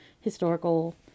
historical